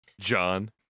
John